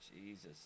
Jesus